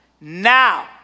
Now